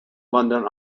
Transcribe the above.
london